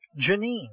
Janine